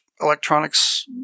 electronics